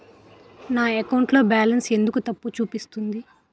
నా అకౌంట్ లో బాలన్స్ ఎందుకు తప్పు చూపిస్తుంది?